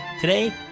Today